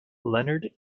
leonard